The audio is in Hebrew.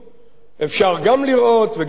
אפשר גם לראות וגם לשמוע,